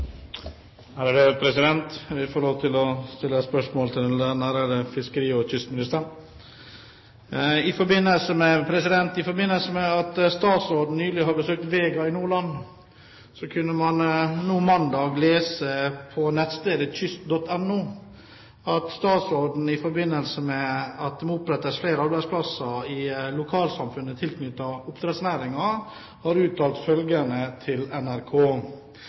kystministeren. I forbindelse med at statsråden nylig har besøkt Vega i Nordland, kunne man mandag lese på nettstedet www.kyst.no at statsråden i forbindelse med at det må opprettes flere arbeidsplasser i lokalsamfunnet tilknyttet oppdrettsnæringen, har uttalt følgende til NRK: